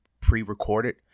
pre-recorded